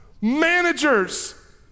managers